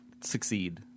Succeed